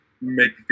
make